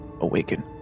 Awaken